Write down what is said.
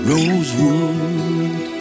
Rosewood